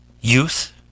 Youth